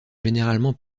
généralement